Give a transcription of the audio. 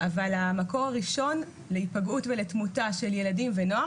אבל המקור הראשון להיפגעות ולתמותה של ילדים ונוער,